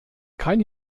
kein